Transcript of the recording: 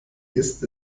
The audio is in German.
ist